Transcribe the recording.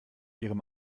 ihrem